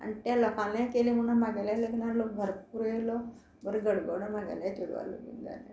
आनी ते लोकांले केले म्हणून म्हागेले लग्ना लोक भरपूर येयलो बरो घडगडोन म्हागेल्या चेडवाले लग्न जाले